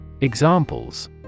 Examples